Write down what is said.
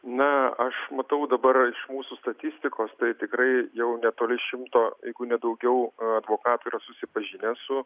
na aš matau dabar iš mūsų statistikos tai tikrai jau netoli šimto jeigu ne daugiau advokatų yra susipažinę su